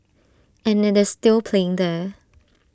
and IT is still playing there